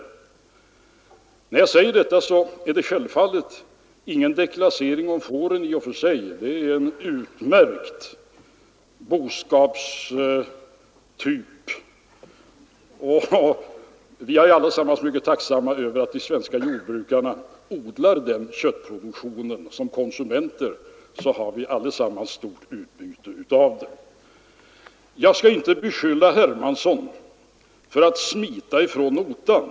När jag säger detta är det självfallet ingen deklassering av fåren i och för sig. Det är utmärkta djur, och vi är alla mycket tacksamma över att de svenska jordbrukarna driver den köttproduktionen; som konsumenter har vi alla stort utbyte av den. Jag skall inte beskylla herr Hermansson för att smita från notan.